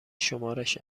شمارش